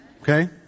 okay